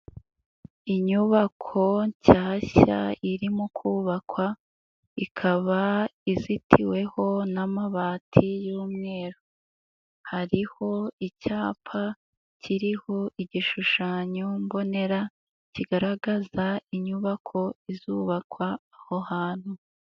Inyubako nshyashya irimo kubakwa ikaba izitiweho n'amabati y'umweru, hariho icyapa kiriho igishushanyo mbonera kigaragaza inyubako izubakwa aho hantu.